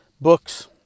books